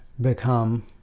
become